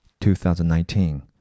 2019